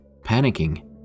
panicking